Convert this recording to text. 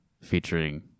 featuring